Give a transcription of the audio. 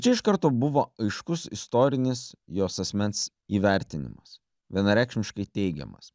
čia iš karto buvo aiškus istorinis jos asmens įvertinimas vienareikšmiškai teigiamas